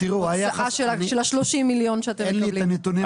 אין לי את הנתונים.